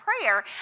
prayer